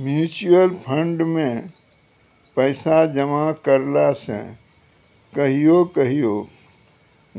mutual fund मे पैसा जमा करला से कहियो कहियो